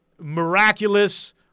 miraculous